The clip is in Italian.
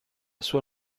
sua